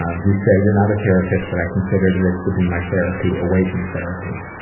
ah you say you're not a therapist, but i considered this to be my therapy away from therapy.